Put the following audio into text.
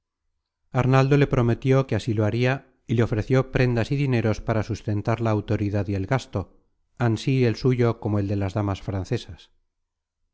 arnaldo le prometió que así lo haria y le ofreció prendas y dineros para sustentar la autoridad y el gasto ansi el suyo como el de las damas francesas